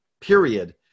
period